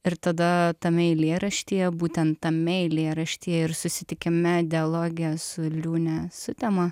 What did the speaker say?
ir tada tame eilėraštyje būtent tame eilėraštyje ir susitikime dialoge su liūne sutema